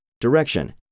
direction